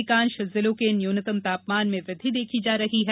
अधिकांश जिलों के न्यूनतम तापमान में वृद्धि देखी जा रही है